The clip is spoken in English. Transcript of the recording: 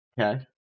Okay